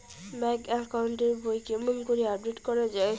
Bank account এর বই কেমন করি আপডেট করা য়ায়?